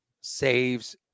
saves